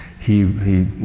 he, he,